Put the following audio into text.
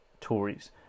Tories